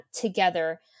together